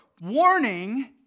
warning